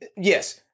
yes